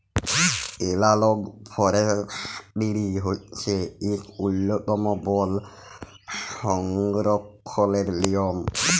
এলালগ forestry হছে ইক উল্ল্যতম বল সংরখ্খলের লিয়ম